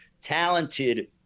talented